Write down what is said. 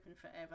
forever